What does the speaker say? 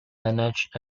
managed